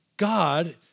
God